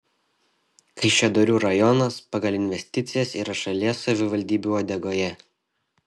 kaišiadorių rajonas pagal investicijas yra šalies savivaldybių uodegoje